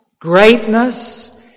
greatness